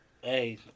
Hey